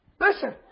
Listen